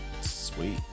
Sweet